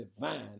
divine